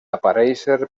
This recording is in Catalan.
aparèixer